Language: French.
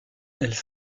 elles